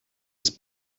ist